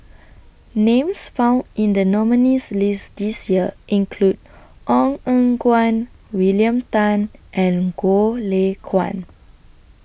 Names found in The nominees' list This Year include Ong Eng Guan William Tan and Goh Lay Kuan